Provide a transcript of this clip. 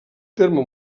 terme